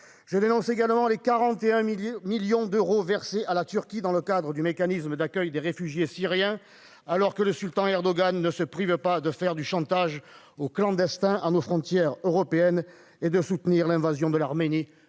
Je dénonce également les 41 millions d'euros versés à la Turquie dans le cadre du mécanisme d'accueil des réfugiés syriens, alors que le sultan Erdogan ne se prive pas de faire du chantage aux clandestins à nos frontières européennes et de soutenir l'invasion de l'Arménie